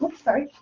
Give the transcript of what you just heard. sorry.